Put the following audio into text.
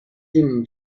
دونین